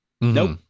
Nope